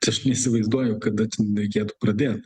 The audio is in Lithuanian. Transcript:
tai aš neįsivaizduoju kada ten reikėtų pradėt